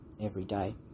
everyday